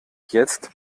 jetzt